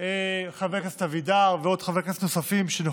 חבר הכנסת אבידר ועוד חברי כנסת שנכחו.